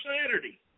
Saturday